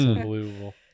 unbelievable